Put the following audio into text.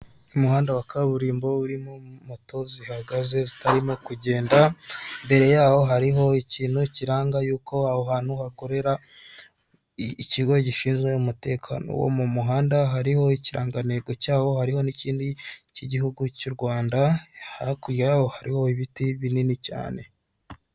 Umuhanda wa kaburimbo urimo moto zihagaze zitarimo kugenda imbere yaho hariho ikintu kiranga y'uko aho hantu hakorera ikigo gishinzwe umutekano wo mu muhanda, hariho ikirangantego cyaho, hariho n'ikindi k'igihugu cy'u Rwanda hakurya yaho hariho ibiti binini cyane.